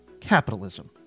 Capitalism